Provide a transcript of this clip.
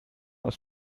aus